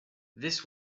this